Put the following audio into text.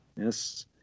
Yes